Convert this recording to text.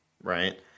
Right